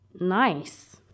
nice